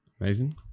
amazing